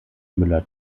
müller